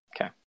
Okay